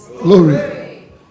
Glory